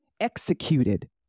executed